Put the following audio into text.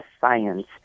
science